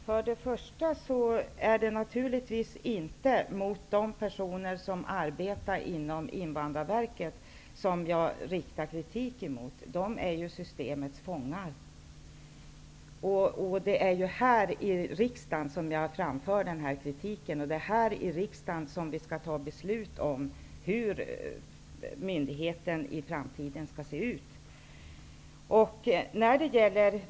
Herr talman! Jag riktar naturligtvis inte kritik mot de personer som arbetar inom Invandrarverket. De är systemets fångar. Det är här i riksdagen som jag framför kritiken. Det är här i riksdagen som vi skall fatta beslut om hur myndigheten skall se ut i framtiden.